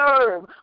serve